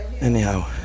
anyhow